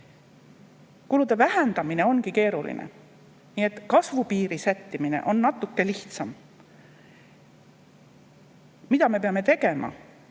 Kulude vähendamine ongi keeruline, kasvu piiri sättimine on natuke lihtsam. Mida me peame tegema?